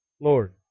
Lord